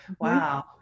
Wow